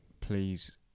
please